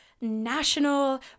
national